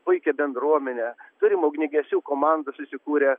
puikią bendruomenę turim ugniagesių komandą susikūrę